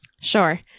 Sure